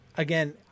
Again